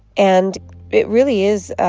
and it really is